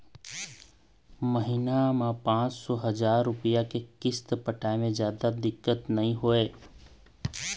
महिना म पाँच सौ, हजार रूपिया के किस्त पटाए म जादा दिक्कत नइ होवय